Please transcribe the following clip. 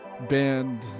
band